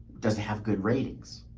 does it have good ratings?